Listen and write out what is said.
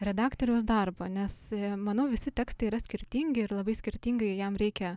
redaktoriaus darbą nes manau visi tekstai yra skirtingi ir labai skirtingai jam reikia